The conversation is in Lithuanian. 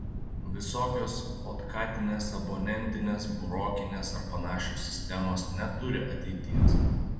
visokios otkatinės abonentinės burokinės ar panašios sistemos neturi ateities